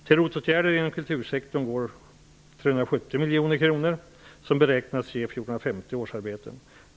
miljoner kronor, som beräknas ge 1 450 årsarbeten.